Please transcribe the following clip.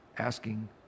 asking